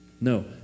No